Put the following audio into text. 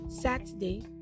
saturday